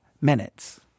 minutes